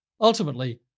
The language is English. Ultimately